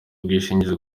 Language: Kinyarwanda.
ubwishingizi